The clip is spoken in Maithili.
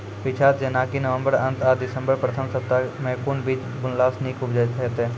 पीछात जेनाकि नवम्बर अंत आ दिसम्बर प्रथम सप्ताह मे कून बीज बुनलास नीक उपज हेते?